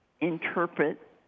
interpret